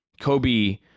Kobe